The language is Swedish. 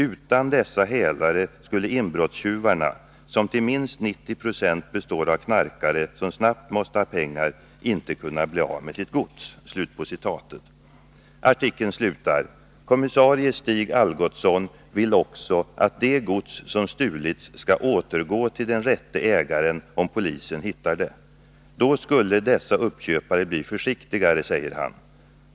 — Utan dessa hälare skulle inbrottstjuvarna — som till minst 90 procent består av knarkare som snabbt måste ha pengar — inte kunna bli av med sitt gods.” Artikeln slutar: Kommissarie Stig Algotsson ”vill också att det gods som stulits ska återgå till den rätte ägaren om polisen hittar det. —- Då skulle dessa uppköpare bli försiktigare, säger han.